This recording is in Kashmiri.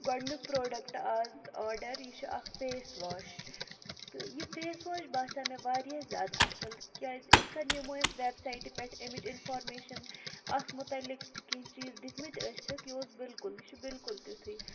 گۄڈنیُک پروڈَکٹ آز آرڈَر یہِ چھُ اَکھ فیس واش تہٕ یہِ فیس واش باسیو مےٚ واریاہ زیادٕ اَصٕل کیٛازِ یِتھ کٔنۍ یِمو یتھ ویبسایٹہِ پٮ۪ٹھ اَمِچ اِنفارمیشَن اَتھ مُتعلِق چھِ کینٛہہ چیٖز دِتۍمٕتۍ ٲسِکھ یہِ اوس بِلکُل یہِ چھُ بِلکُل تِتھُے